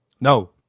no